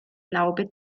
laube